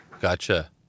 Gotcha